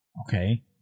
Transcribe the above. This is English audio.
Okay